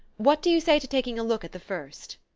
what do you say to taking a look at the first?